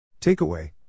Takeaway